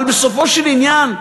אבל בסופו של עניין,